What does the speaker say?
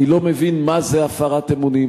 אני לא מבין מה זה הפרת אמונים,